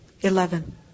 Eleven